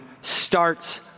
starts